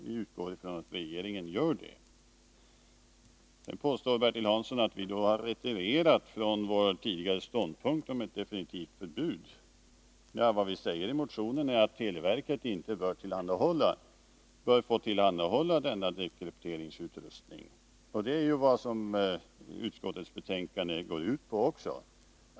Vi utgår från att regeringen gör detta. Bertil Hansson påstod att vi har retirerat från vår tidigare ståndpunkt om definitivt förbud. I motionen skriver vi att televerket inte bör få tillhandahålla denna dekrypteringsutrustning, och det går ju också utskottsbetänkandet ut på.